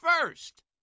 first